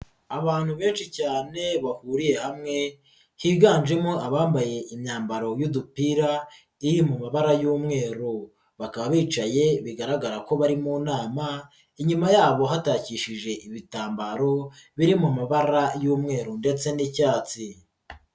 Abantu benshi cyane bahuriye hamwe higanjemo abambaye imyambaro y'udupira iri mu mabara y'umweru, bakaba bicaye bigaragara ko bari mu nama, inyuma yabo hatakishije ibitambaro biri mu mabara y'umweru ndetse n'icyatsi.